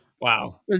Wow